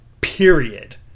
period